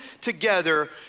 together